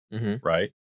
right